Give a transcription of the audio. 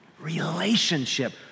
relationship